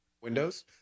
windows